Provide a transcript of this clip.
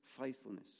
faithfulness